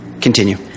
Continue